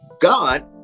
God